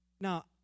Now